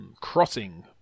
crossing